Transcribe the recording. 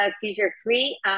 seizure-free